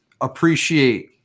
appreciate